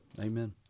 Amen